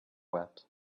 wept